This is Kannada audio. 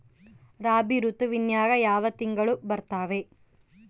ರಾಬಿ ಋತುವಿನ್ಯಾಗ ಯಾವ ತಿಂಗಳು ಬರ್ತಾವೆ?